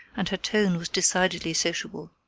and her tone was decidedly sociable.